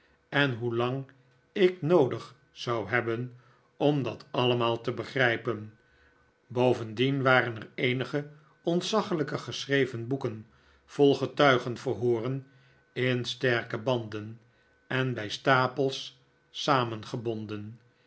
en hoe lang ik noodig zou hebben om dat allemaal te begrijpen bovendien waren er eenige ontzaglijke geschreven boeken vol getuigenverhooren in sterke banden en bij stapels